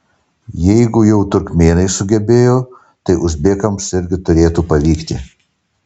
jeigu jau turkmėnai sugebėjo tai uzbekams irgi turėtų pavykti